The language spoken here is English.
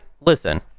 listen